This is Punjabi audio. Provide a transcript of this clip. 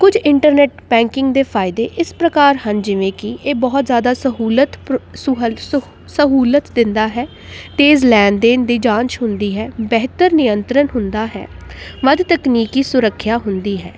ਕੁਝ ਇੰਟਰਨੈਟ ਬੈਂਕਿੰਗ ਦੇ ਫਾਇਦੇ ਇਸ ਪ੍ਰਕਾਰ ਹਨ ਜਿਵੇਂ ਕਿ ਇਹ ਬਹੁਤ ਜ਼ਿਆਦਾ ਸਹੂਲਤ ਪ੍ਰੋ ਸਹੂਲਤ ਦਿੰਦਾ ਹੈ ਤੇਜ਼ ਲੈਣ ਦੇਣ ਦੀ ਜਾਂਚ ਹੁੰਦੀ ਹੈ ਬਿਹਤਰ ਨਿਯੰਤਰਨ ਹੁੰਦਾ ਹੈ ਮੱਧ ਤਕਨੀਕੀ ਸੁਰੱਖਿਆ ਹੁੰਦੀ ਹੈ